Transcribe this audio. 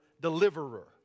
deliverer